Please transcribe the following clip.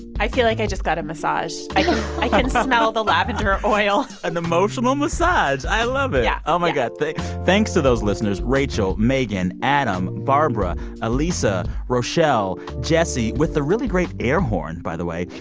i feel like i just got a massage i i can smell the lavender oil an emotional massage. i love it yeah, yeah oh, my god. thanks thanks to those listeners rachel, megan, adam, barbara alisa, rochelle, jessie with the really great air horn, by the way,